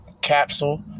Capsule